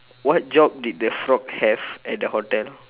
what job did the frog have at the hotel